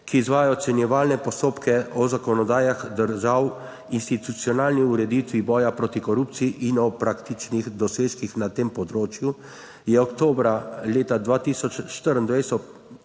ki izvaja ocenjevalne postopke o zakonodajah držav, institucionalni ureditvi boja proti korupciji in o praktičnih dosežkih na tem področju je oktobra leta 2024